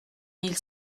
mille